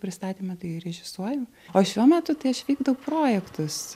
pristatyme tai ir režisuoju o šiuo metu tai aš vykdau projektus